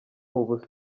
ubusa